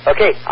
Okay